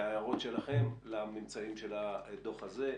וההערות שלכם לממצאים של הדוח הזה,